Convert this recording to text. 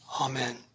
Amen